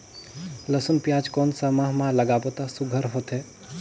लसुन पियाज कोन सा माह म लागाबो त सुघ्घर होथे?